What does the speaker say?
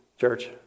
church